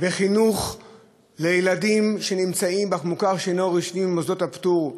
בחינוך לילדים שנמצאים במוכר שאינו רשמי ובמוסדות הפטור.